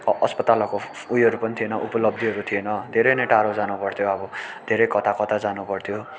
a अस्पतालहरूको उयोहरू पनि थिएन उपलब्धिहरू थिएन धेरै नै टाढो जानु पर्थ्यो अब धेरै कता कता जानु पर्थ्यो